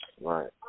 Right